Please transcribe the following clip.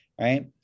right